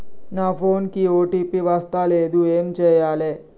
నా ఫోన్ కి ఓ.టీ.పి వస్తలేదు ఏం చేయాలే?